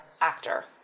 actor